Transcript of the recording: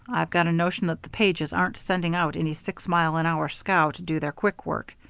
i've got a notion that the pages aren't sending out any six-mile-an-hour scow to do their quick work.